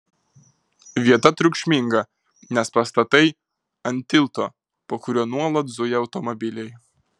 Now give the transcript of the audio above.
vieta triukšminga nes pastatai ant tilto po kuriuo nuolat zuja automobiliai